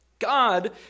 God